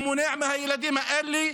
ומונע מהילדים האלה,